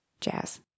Jazz